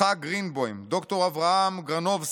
יצחק גרינבוים, ד"ר אברהם גרנובסקי,